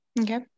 Okay